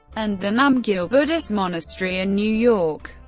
and the namgyal buddhist monastery in new york.